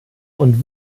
und